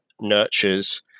nurtures